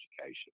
education